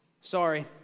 sorry